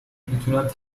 میتوانند